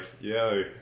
yo